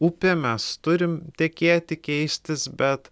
upė mes turim tekėti keistis bet